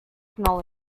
knowledge